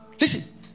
listen